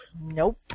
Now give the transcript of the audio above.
nope